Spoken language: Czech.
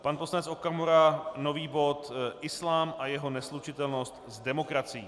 Pan poslanec Okamura nový bod Islám a jeho neslučitelnost s demokracií.